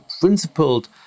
principled